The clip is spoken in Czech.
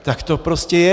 Tak to prostě je.